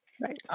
right